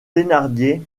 thénardier